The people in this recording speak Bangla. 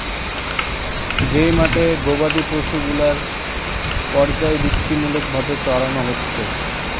যেই মাঠে গোবাদি পশু গুলার পর্যাবৃত্তিমূলক ভাবে চরানো হচ্ছে